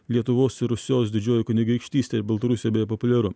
lietuvos ir rusios didžioji kunigaikštystė ir baltarusija beje populiaru